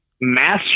mass